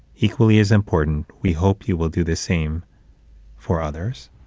equally as important, we hope you will do the same for others.